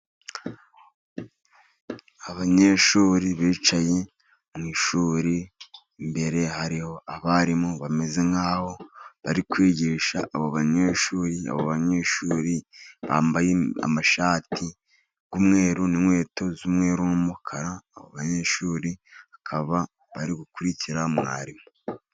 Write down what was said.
Abanyeshuri bicaye mushuri, imbere hariho abarimu bameze nkaho bari kwigisha abo banyeshuri. Abanyeshuri bambaye amashati y'umweru n'inkweto z'umukara. Abanyeshuri bakaba bari gukurikira mwarimu.